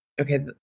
okay